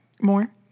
More